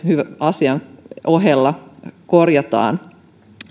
asian ohella korjataan